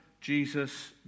Jesus